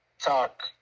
talk